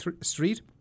Street